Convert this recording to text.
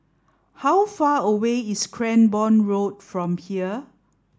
how far away is Cranborne Road from here